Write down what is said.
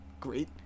great